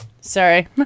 Sorry